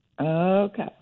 Okay